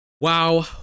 Wow